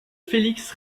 félix